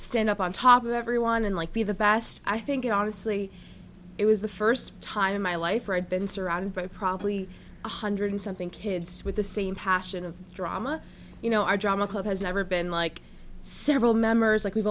stand up on top of everyone and like be the best i think you know obviously it was the first time in my life where i'd been surrounded by probably one hundred something kids with the same passion of drama you know our drama club has never been like several members like we've